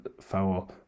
foul